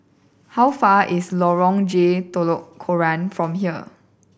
how far is Lorong J Telok Kurau from here